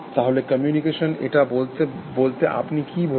তাহলে কমিউনিকেশন এটা বলতে আপনি কি বোঝেন